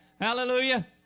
Hallelujah